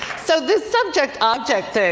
so this subject-object thing,